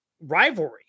rivalry